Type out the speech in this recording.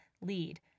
lead